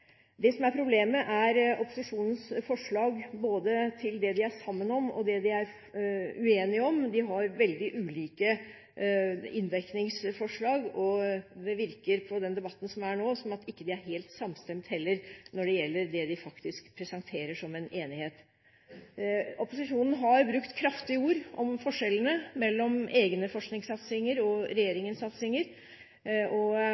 Det som er problemet, er opposisjonens forslag til både det de er sammen om, og det de er uenige om. De har veldig ulike inndekningsforslag, og på den debatten som er nå, virker det som de heller ikke er helt samstemte når det gjelder det de faktisk presenterer som en enighet. Opposisjonen har brukt kraftige ord om forskjellene mellom egne forskningssatsinger og